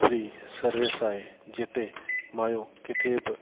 free service आहे जिते माइयूं किथे बि